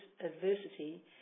adversity